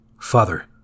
Father